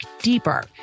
deeper